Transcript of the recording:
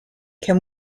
can